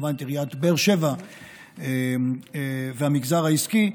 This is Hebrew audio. כמובן את עיריית באר שבע ואת המגזר העסקי,